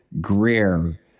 Greer